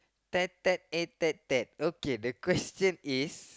ted ted a ted ted okay the question is